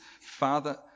Father